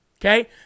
okay